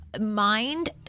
mind